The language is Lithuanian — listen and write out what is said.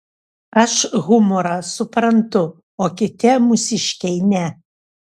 aš humorą suprantu o kiti mūsiškiai ne